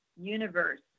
universe